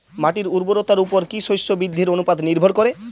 মাটির উর্বরতার উপর কী শস্য বৃদ্ধির অনুপাত নির্ভর করে?